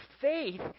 faith